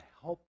help